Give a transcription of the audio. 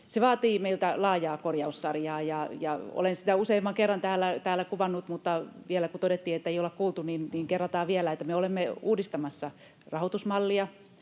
Se vaatii meiltä laajaa korjaussarjaa, ja olen sitä useamman kerran täällä kuvannut, mutta kun todettiin, että ei olla kuultu, niin kerrataan vielä: Me olemme uudistamassa rahoitusmallia.